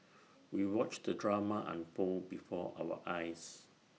we watched the drama unfold before our eyes